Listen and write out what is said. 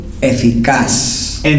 eficaz